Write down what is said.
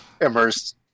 immersed